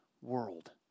world